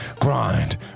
grind